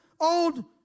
old